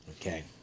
okay